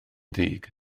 ddig